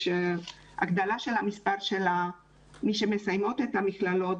יש הגדלה של מספר המסיימות את המכללות